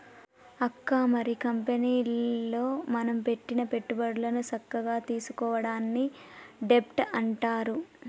అక్క మరి కంపెనీలో మనం పెట్టిన పెట్టుబడులను సక్కగా తీసుకోవడాన్ని డెబ్ట్ అంటారు